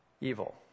evil